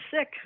sick